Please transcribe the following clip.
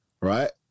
Right